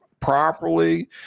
properly